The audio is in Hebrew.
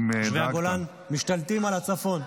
תושבי הגולן משתלטים על הצפון.